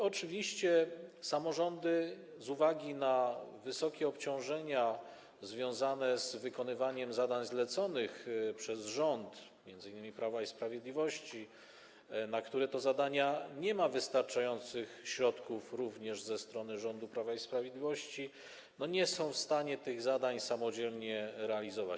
Oczywiście samorządy z uwagi na wysokie obciążenia związane z wykonywaniem zadań zleconych przez rząd, m.in. Prawa i Sprawiedliwości, na które to zadania nie ma wystarczających środków, również ze strony rządu Prawa i Sprawiedliwości, nie są w stanie tych zadań samodzielnie realizować.